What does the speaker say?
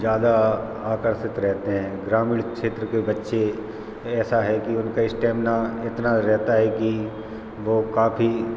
ज़्यादा आकर्षित रहते हैं ग्रामीण क्षेत्र के बच्चे ऐसा है कि उनका इस्टेमिना इतना रहता है कि वो काफ़ी